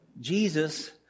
Jesus